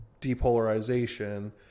depolarization